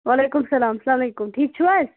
وعلیکُم سلام سلامُ علیکُم ٹھیٖک چھِو حظ